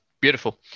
beautiful